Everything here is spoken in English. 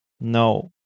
No